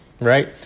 right